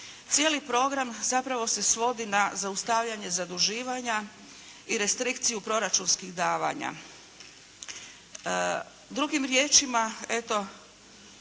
Cijeli program zapravo se svodi na zaustavljanje zaduživanja i restrikciju proračunskih davanja. Drugim riječima, eto,